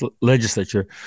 legislature